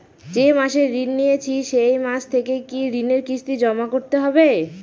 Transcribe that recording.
যে মাসে ঋণ নিয়েছি সেই মাস থেকেই কি ঋণের কিস্তি জমা করতে হবে?